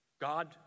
God